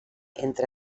entre